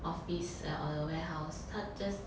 office or the warehouse 他 just